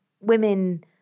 women